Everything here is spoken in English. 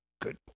good